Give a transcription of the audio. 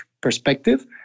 perspective